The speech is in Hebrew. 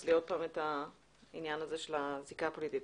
אצלי עוד פעם את העניין הזה של הזיקה הפוליטית.